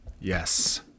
Yes